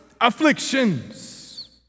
afflictions